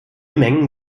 mengen